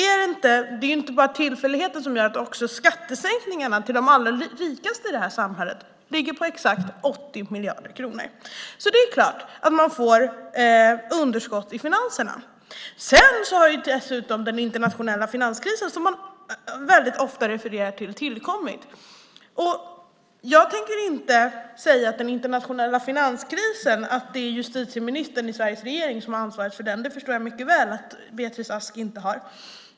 Det är inte bara tillfälligheter som gör att också skattesänkningarna till de allra rikaste i samhället ligger på exakt 80 miljarder kronor. Det är klart att det blir underskott i finanserna. Sedan har den internationella finanskrisen tillkommit, som man ofta refererar till. Jag tänker inte säga att det är justitieministern i Sveriges regering som har ansvaret för den internationella finanskrisen. Jag förstår mycket väl att Beatrice Ask inte har ansvaret.